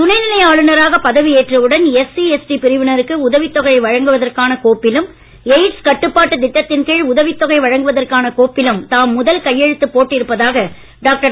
துணைநிலை ஆளுனராக பதவி ஏற்றவுடன் எஸ்சி எஸ்டி பிரிவினருக்கு உதவித் தொகை வழங்குவதற்கான கோப்பிலும் எய்ட்ஸ் கட்டுப்பாட்டுத் திட்டத்தின் கீழ் உதவித் தொகை வழங்குவதற்கான கோப்பிலும் தாம் முதல் கையெழுத்து போட்டிருப்பதாக டாக்டர்